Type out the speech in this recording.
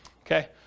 Okay